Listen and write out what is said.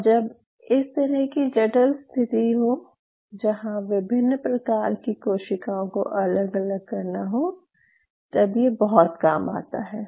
और जब इस तरह की जटिल स्थिति हो जहाँ विभिन्न प्रकार की कोशिकाओं को अलग अलग करना हो तब यह बहुत काम आता है